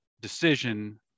decision